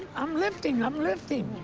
i'm lifting, i'm lifting.